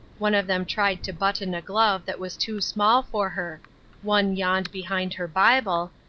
one of them tried to button a glove that was too small for her one yawned behind her bible,